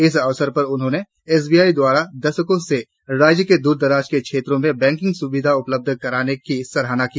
इस अवसर पर उन्होंने एस बी आई द्वारा दर्शकों से राज्य के दूर दराज के क्षेत्रों में बैंकिंग सुविधा उपलब्ध कराने की सराहना की